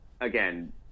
again